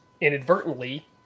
inadvertently